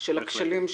של הכשלים שמצאת.